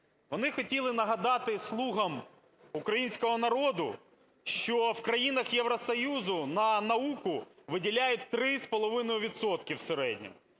Вони хотіли нагадати "слугам" українського народу, що в країнах Євросоюзу на науку виділяють 3,5 відсотка